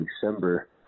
December